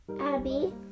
Abby